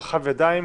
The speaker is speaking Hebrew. רחב ידיים,